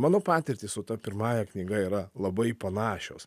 mano patirtys su ta pirmąja knyga yra labai panašios